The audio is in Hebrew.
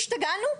השתגענו?